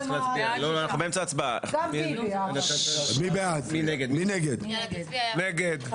הצבעה בעד, 6 נגד,